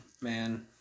man